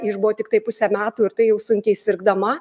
išbuvo tiktai pusę metų ir tai jau sunkiai sirgdama